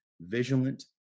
vigilant